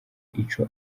ico